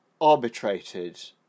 arbitrated